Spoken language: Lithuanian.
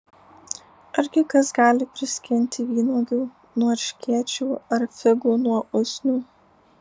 argi kas gali priskinti vynuogių nuo erškėčių ar figų nuo usnių